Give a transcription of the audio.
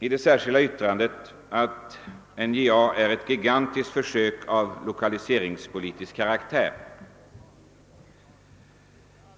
I det särskilda yttrandet har anförts att NJA är »ett gigantiskt försök av lokaliseringspolitisk karaktär»,